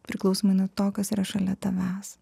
priklausomai nuo to kas yra šalia tavęs